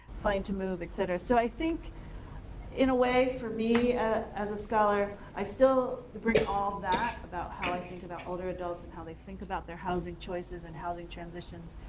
to move, etcetera. so i think in a way, for me as a scholar, i still bring all that about how i think about older adults how they think about their housing choices and housing transitions,